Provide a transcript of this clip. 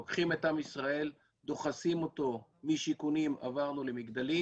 לוקחים את עם ישראל, משיכונים עברנו למגדלים